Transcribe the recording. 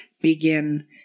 begin